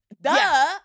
Duh